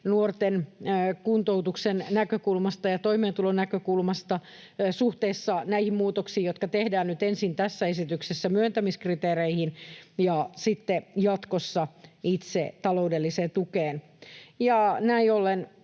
nuorten kuntoutuksen näkökulmasta ja toimeentulon näkökulmasta suhteessa näihin muutoksiin, jotka tehdään nyt ensin tässä esityksessä myöntämiskriteereihin ja sitten jatkossa itse taloudelliseen tukeen. Näin ollen